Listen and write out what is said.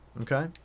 Okay